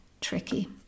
tricky